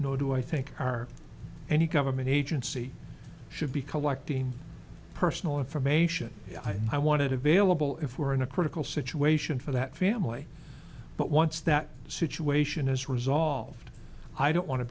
know do i think are any government agency should be collecting personal information i wanted available if we were in a critical situation for that family but once that situation is resolved i don't want to